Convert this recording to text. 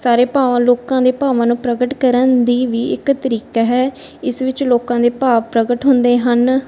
ਸਾਰੇ ਭਾਵਾਂ ਲੋਕਾਂ ਦੇ ਭਾਵਾਂ ਨੂੰ ਪ੍ਰਗਟ ਕਰਨ ਦਾ ਵੀ ਇੱਕ ਤਰੀਕਾ ਹੈ ਇਸ ਵਿੱਚ ਲੋਕਾਂ ਦੇ ਭਾਵ ਪ੍ਰਗਟ ਹੁੰਦੇ ਹਨ